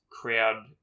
crowd